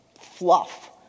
fluff